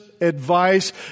advice